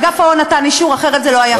אגף שוק ההון נתן אישור, אחרת זה לא היה חוקי.